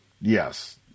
Yes